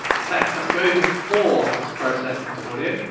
effects that go before it's processed into audio.